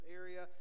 area